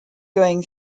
going